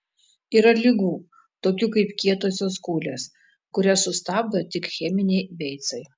yra ligų tokių kaip kietosios kūlės kurias sustabdo tik cheminiai beicai